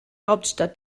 hauptstadt